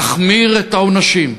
להחמיר את העונשים.